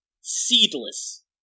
seedless